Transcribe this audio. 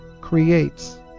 creates